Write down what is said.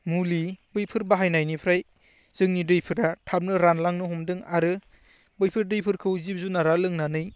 मुलि बैफोर बाहायनायनिफ्राइ जोंनि दैफोरा थाबनो रानलांनो हमदों आरो बैफोर दैफोरखौ जिब जुनारा लोंनानै